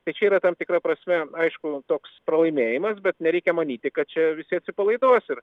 kad čia yra tam tikra prasme aišku toks pralaimėjimas bet nereikia manyti kad čia visi atsipalaiduos ir